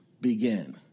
begin